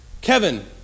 Kevin